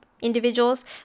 individuals